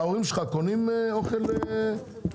ההורים שלך קונים אוכל בסופר?